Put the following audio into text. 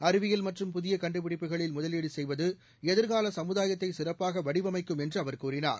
அறிவியல் மற்றும் புதிய கண்டுபிடிப்புகளில் முதலீடு செய்வது எதிர்கால சமுதாயத்தை சிறப்பாக வடிவமைக்கும் என்று அவர் கூறினார்